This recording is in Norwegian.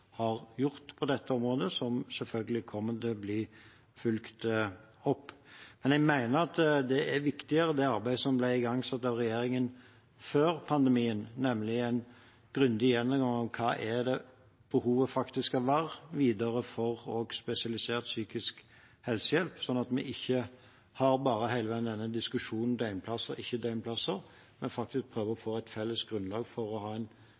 har gjort på dette området, som selvfølgelig kommer til å bli fulgt opp. Men jeg mener at det arbeidet som ble igangsatt av regjeringen før pandemien, er viktigere, nemlig en grundig gjennomgang av hva behovet videre faktisk skal være for spesialisert psykisk helsehjelp – slik at vi ikke bare hele veien har denne diskusjonen om døgnplasser eller ikke døgnplasser, men faktisk prøver å få et felles grunnlag for å ha en